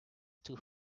too